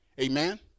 Amen